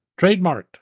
Trademarked